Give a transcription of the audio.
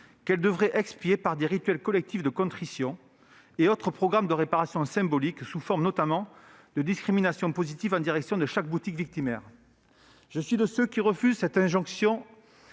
qu'elle devrait expier par des rituels collectifs de contrition et autres programmes de réparation symbolique, sous forme notamment de discrimination positive en direction de chaque boutique victimaire. Je suis de ceux qui refusent cette injonction